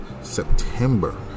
september